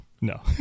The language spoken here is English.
No